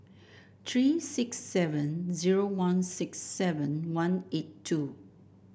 three six seven zero one six seven one eight two